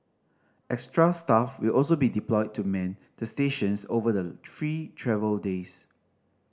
extra staff will also be deployed to man the stations over the free travel days